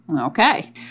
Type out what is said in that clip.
Okay